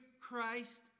Christ